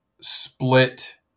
split